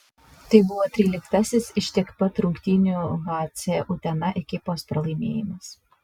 tai buvo tryliktasis iš tiek pat rungtynių hc utena ekipos pralaimėjimas